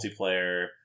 multiplayer